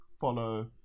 Follow